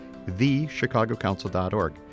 thechicagocouncil.org